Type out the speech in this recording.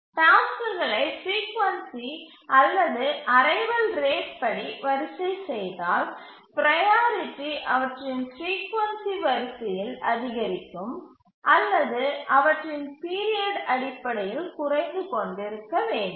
டாஸ்க்குகளை பிரீகொன்சி அல்லது arrival rate படி வரிசை செய்தால் ப்ரையாரிட்டி அவற்றின் பிரீகொன்சி வரிசையில் அதிகரிக்கும் அல்லது அவற்றின் பீரியட் அடிப்படையில் குறைந்து கொண்டிருக்க வேண்டும்